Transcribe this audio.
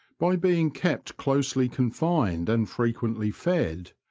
by being kept closely confined and frequently fed,